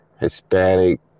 Hispanic